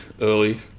early